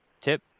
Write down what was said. tip